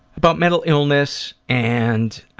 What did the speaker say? but mental illness and